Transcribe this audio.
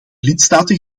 lidstaten